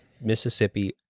Mississippi